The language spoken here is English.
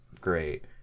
great